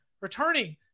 returning